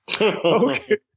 Okay